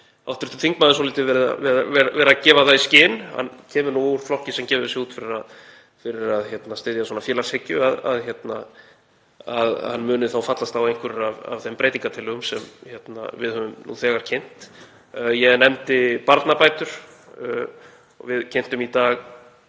mér finnst hv. þingmaður svolítið vera að gefa það í skyn — hann kemur nú úr flokki sem gefur sig út fyrir að styðja félagshyggju — að hann muni fallast á einhverjar af þeim breytingartillögum sem við höfum nú þegar kynnt. Ég nefndi barnabætur og við kynntum í dag